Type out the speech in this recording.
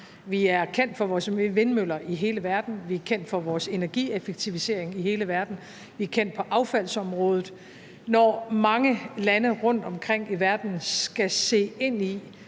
Vi er kendt for vores vindmøller i hele verden. Vi er kendt i hele verden for vores energieffektivisering. Vi er kendt på affaldsområdet. Når mange lande rundtomkring i verden skal se ind i,